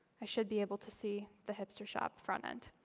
i should be able to see the hipster shop front end.